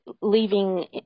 leaving